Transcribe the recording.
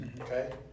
Okay